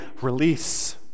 release